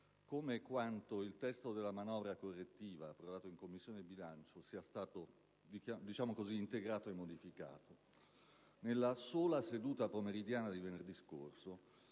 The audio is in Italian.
come e quanto il testo della manovra correttiva, approvato in Commissione bilancio, sia stato integrato e modificato. Nella sola seduta pomeridiana di venerdì scorso,